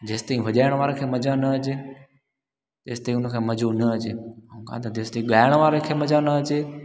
जेस ताईं वॼाइण वारे खे मज़ा न अचे तेस ताईं हुनखे मज़ो न ऐं का जेस ताईं ॻाइण वारे खे मज़ा न अचे